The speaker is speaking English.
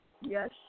Yes